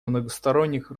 многосторонних